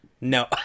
No